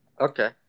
Okay